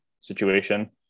situation